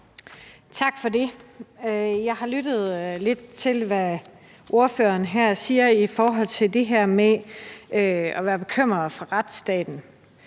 Tak for det. Jeg har lyttet lidt til, hvad ordføreren her siger om det her med at være bekymret for retsstaten.